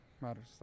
matters